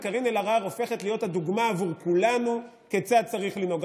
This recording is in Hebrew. וקארין אלהרר הופכת להיות הדוגמה עבור כולנו כיצד צריך לנהוג.